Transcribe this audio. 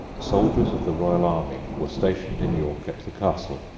soldiers of the royal army were stationed in york at the castle.